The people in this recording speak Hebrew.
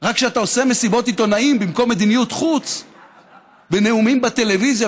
רק כשאתה עושה מסיבות עיתונאים במקום מדיניות חוץ ונאומים בטלוויזיה,